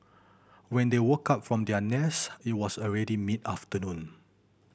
when they woke up from their rest it was already mid afternoon